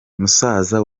musaza